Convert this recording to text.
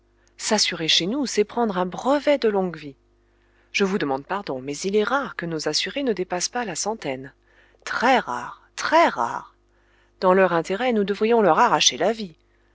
s'assurer chez nous c'est prendre un brevet de longue vie je vous demande pardon mais il est rare que nos assurés ne dépassent pas la centaine très rare très rare dans leur intérêt nous devrions leur arracher la vie